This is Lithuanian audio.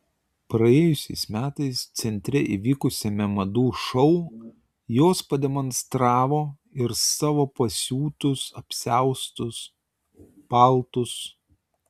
praėjusiais metais centre įvykusiame madų šou jos pademonstravo ir savo pasiūtus apsiaustus paltus